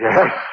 Yes